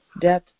death